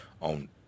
on